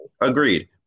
Agreed